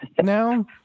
now